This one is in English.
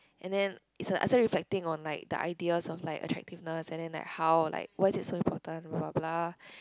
and then is A_I still reflecting on like the ideas of like attractiveness and then like how like why is it so important blah blah